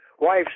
wife